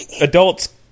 adults